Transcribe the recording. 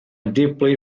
deeply